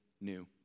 new